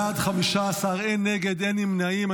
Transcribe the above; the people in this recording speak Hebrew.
בעד, 15, אין נגד, ואין נמנעים.